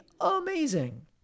amazing